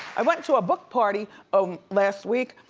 i went to a book party last week.